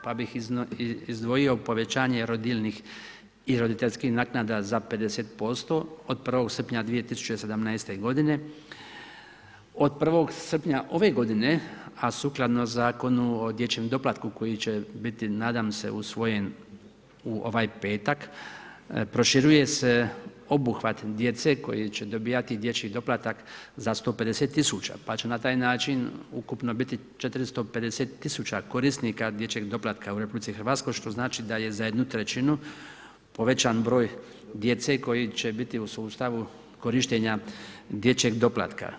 Pa bih izdvojio povećanje rodiljnih i roditeljskih naknada za 50% od 1. srpnja 2017. g., od 1. srpnja ove godine a sukladno Zakonu o dječjem doplatku koji će biti nadam se usvojen u ovaj petak, proširuje se obuhvat djece koji će dobivati dječji doplatak za 150 000 pa će na taj način ukupno biti 450 000 korisnika dječjeg doplatka u RH što znači da je za 1/3 povećan broj djece koji će biti u sustavu korištenja dječjeg doplatka.